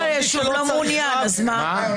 למשל כשהיישוב לא מעוניין, הוא יהיה חייב?